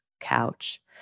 couch